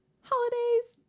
holidays